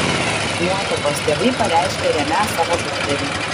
nuotakos tėvai pareiškė remią savo dukterį